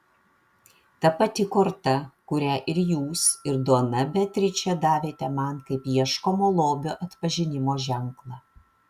ta pati korta kurią ir jūs ir dona beatričė davėte man kaip ieškomo lobio atpažinimo ženklą